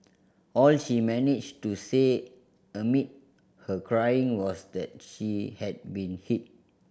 all she managed to say amid her crying was that she had been hit